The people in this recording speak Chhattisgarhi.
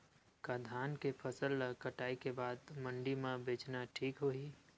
का धान के फसल ल कटाई के बाद मंडी म बेचना ठीक होही?